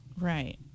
Right